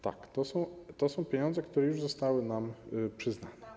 Tak, to są pieniądze, które już zostały nam przyznane.